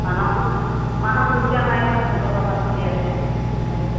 পাণৰ পাণৰ গুছি আমাৰ এতিয়া পোন্ধৰ টকা চলি আছে বাইদেউ